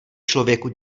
člověku